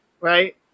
right